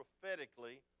prophetically